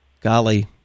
golly